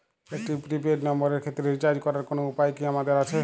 একটি prepaid নম্বরের ক্ষেত্রে রিচার্জ করার কোনো উপায় কি আমাদের আছে?